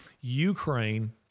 Ukraine